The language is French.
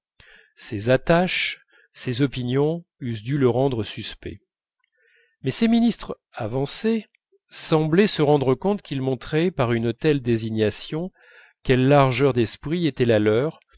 ses attaches ses opinions eussent dû le rendre suspect mais ces ministres avancés semblaient se rendre compte qu'ils montraient par une telle désignation quelle largeur d'esprit était la leur